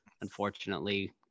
unfortunately